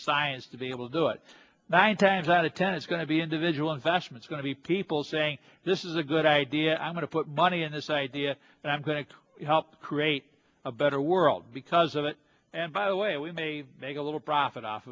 science to be able to do it that in times out of ten it's going to be individual investments going to be people saying this is a good idea i'm going to put money in this idea and i'm going to help create a better world because of it and by the way we may make a little profit off